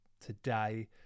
today